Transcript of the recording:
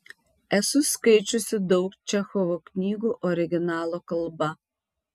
esu skaičiusi daug čechovo knygų originalo kalba